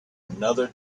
another